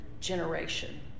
generation